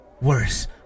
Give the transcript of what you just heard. worse